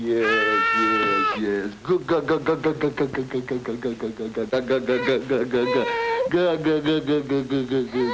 you good good good good good good good good good good good good good good good good good good good good